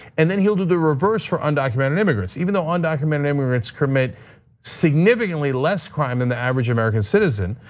and then he'll do the reverse for undocumented immigrants. even though undocumented immigrants commit significantly less crime than the average american citizen.